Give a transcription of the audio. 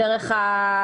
שלחתי